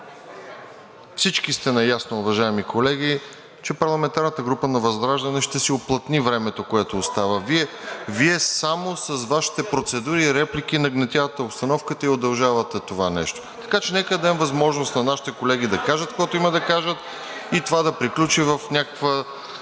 Всички сте наясно, уважаеми колеги, че парламентарната група на ВЪЗРАЖДАНЕ ще си уплътни времето, което остава. Вие само с Вашите процедури и реплики нагнетявате обстановката и удължавате това нещо. Така че нека дадем възможност на нашите колеги да кажат каквото имат да кажат, и това да приключи в някакъв